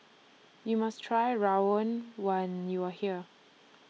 YOU must Try Rawon when YOU Are here